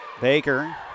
Baker